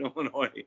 Illinois